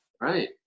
Right